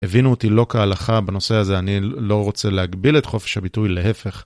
הבינו אותי לא כהלכה בנושא הזה, אני לא , לא רוצה להגביל את חופש הביטוי להפך.